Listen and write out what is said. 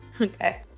Okay